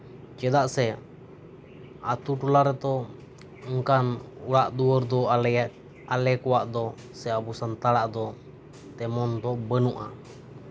ᱪᱮᱫᱟᱜ ᱥᱮ ᱟᱛᱳ ᱴᱚᱞᱟ ᱨᱮᱛᱚ ᱚᱱᱠᱟᱱ ᱚᱲᱟᱜ ᱫᱩᱣᱟᱹᱨ ᱫᱚ ᱟᱞᱮ ᱠᱚᱣᱟᱜ ᱫᱚ ᱥᱮ ᱟᱵᱚ ᱥᱟᱱᱛᱟᱲ ᱫᱚ ᱛᱮᱢᱚᱱ ᱫᱚ ᱵᱟᱹᱱᱩᱜᱼᱟ